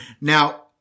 Now